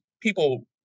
people